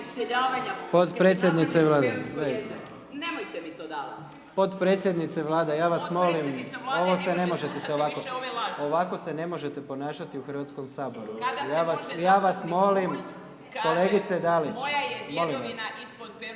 potpredsjednica Vlade, ja vas molim, ovako se ne možete ponašati u Hrvatskom saboru. Ja vas molim …/Upadica se